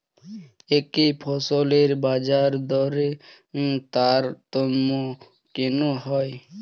একই ফসলের বাজারদরে তারতম্য কেন হয়?